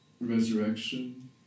resurrection